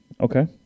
okay